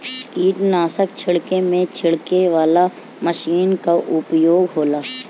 कीटनाशक छिड़के में छिड़के वाला मशीन कअ उपयोग होला